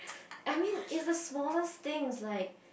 I mean it's the smallest things like